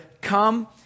come